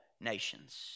nations